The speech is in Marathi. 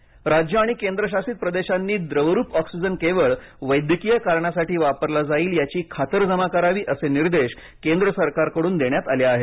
ऑक्सिजन राज्ये आणि केंद्रशासित प्रदेशांनी द्रवरूप ऑक्सिजन केवळ वैद्यकीय कारणासाठी वापरला जाईल याची खातरजमा करावी असे निर्देश केंद्र सरकारकडून देण्यात आले आहेत